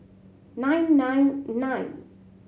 nine nine nine